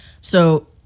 So-